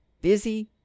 busy